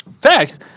facts